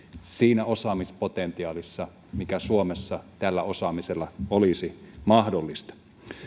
siinä osaamispotentiaalissa mikä suomessa tällä osaamisella olisi mahdollista